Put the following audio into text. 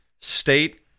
state